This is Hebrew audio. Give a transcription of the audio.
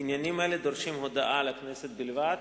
עניינים אלה דורשים הודעה לכנסת בלבד.